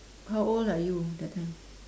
how old are you that time